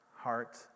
heart